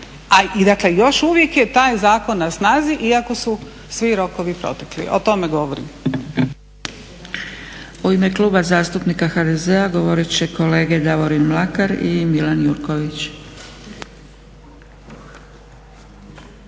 još uvijek je taj zakon na snazi iako su svi rokovi protekli. O tome govorim.